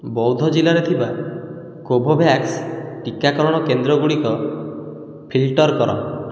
ବୌଦ୍ଧ ଜିଲ୍ଲାରେ ଥିବା କୋଭୋଭ୍ୟାକ୍ସ୍ ଟିକାକରଣ କେନ୍ଦ୍ର ଗୁଡ଼ିକ ଫିଲ୍ଟର୍ କର